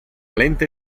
lente